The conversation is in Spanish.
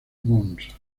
mons